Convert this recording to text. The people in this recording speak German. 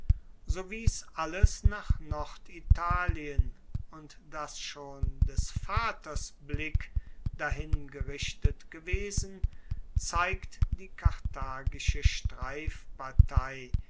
wies alles nach norditalien und dass schon des vaters blick dahin gerichtet gewesen zeigt die karthagische